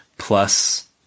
Plus